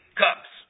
cups